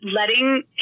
Letting